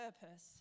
purpose